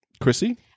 Chrissy